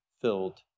filled